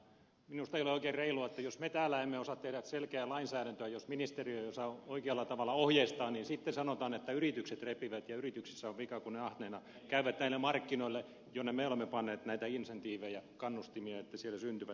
minusta ei ole oikein reilua että jos me täällä emme osaa tehdä selkeää lainsäädäntöä jos ministeriö ei osaa oikealla tavalla ohjeistaa niin sitten sanotaan että yritykset repivät ja yrityksissä on vika kun ne ahneina käyvät näille markkinoille jonne me olemme panneet näitä insentiivejä kannustimia että siellä syntyvät ne markkinat